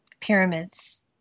pyramids